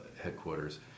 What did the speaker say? headquarters